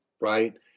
right